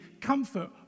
comfort